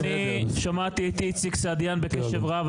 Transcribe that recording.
אני שמעתי את איציק סעידיאן בקשב רב,